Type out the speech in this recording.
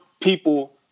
people